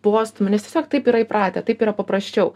postūmių nes tiesiog taip yra įpratę taip yra paprasčiau